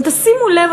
גם תשימו לב,